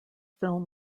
film